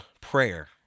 prayer